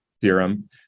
theorem